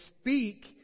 speak